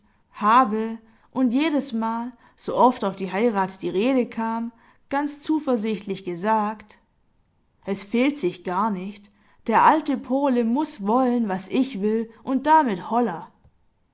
habe und jedesmal so oft auf die heirat die rede kam ganz zuversichtlich gesagt es fehlt sich gar nicht der alte pole muß wollen was ich will und damit holla